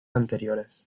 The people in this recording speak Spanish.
anteriores